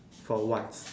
for once